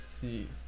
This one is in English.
see